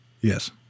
Yes